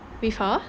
with her